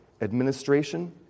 administration